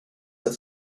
that